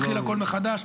מתחיל הכול מחדש.